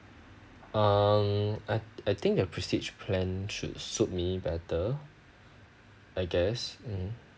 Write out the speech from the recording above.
um I I think the prestige plan should suit me better I guess mmhmm